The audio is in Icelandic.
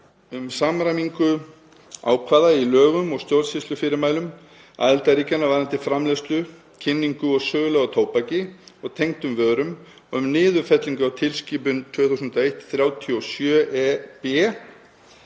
um samræmingu ákvæða í lögum og stjórnsýslufyrirmælum aðildarríkjanna varðandi framleiðslu, kynningu og sölu á tóbaki og tengdum vörum og um niðurfellingu á tilskipun 2001/37/EB.